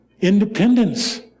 independence